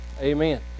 Amen